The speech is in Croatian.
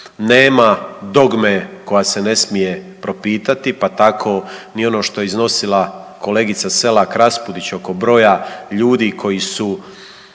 Nema dogme koja se ne smije propitati, pa tako ni ono što je iznosila kolegica Selak-Raspudić oko broja ljudi koji su